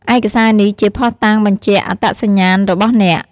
ឯកសារនេះជាភស្តុតាងបញ្ជាក់អត្តសញ្ញាណរបស់អ្នក។